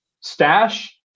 stash